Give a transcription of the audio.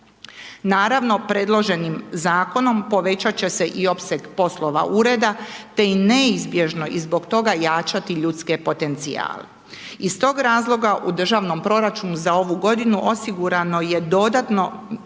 Naravno, predloženim zakonom, povećat će se i opseg poslova ureda te je neizbježno i zbog toga jačati ljudske potencijale. Iz tog razloga u državnom proračunu za ovu godinu osigurano je dodatno